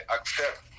accept